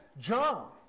John